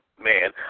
man